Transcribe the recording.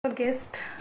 Guest